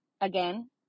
again